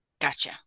Gotcha